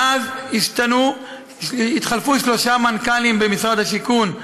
מאז התחלפו שלושה מנכ"לים במשרד השיכון,